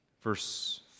verse